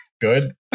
good